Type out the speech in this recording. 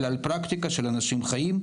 אלא על פרקטיקה של אנשים חיים,